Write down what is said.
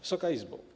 Wysoka Izbo!